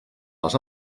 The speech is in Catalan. les